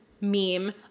meme